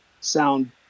sound